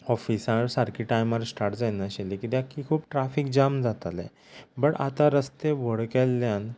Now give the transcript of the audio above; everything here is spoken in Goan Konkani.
ऑफिसार सारकी टायमार स्टाट जाय नाशिल्ली किद्याक की खूब ट्राफीक जाम जातालें बड आतां रस्ते व्हड केल्ल्यान